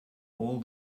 all